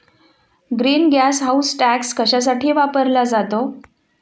Green gas house tax कशासाठी वापरला जातो?